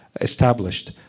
established